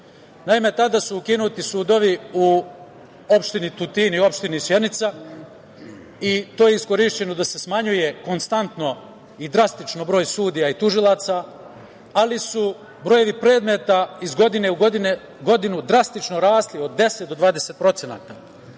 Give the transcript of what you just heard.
tada su ukinuti sudovi u opštini Tutin i opštini Sjenica i to je iskorišćeno da se smanjuje konstantno i drastično broj sudija i tužilaca, ali su brojevi predmeta iz godine u godinu drastično rasli od 10 do 20%.Ovaj